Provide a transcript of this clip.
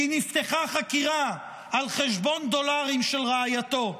כי נפתחה חקירה על חשבון דולרים של רעייתו,